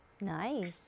nice